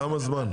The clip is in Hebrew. כמה זמן?